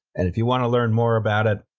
and if you wanna learn more about it.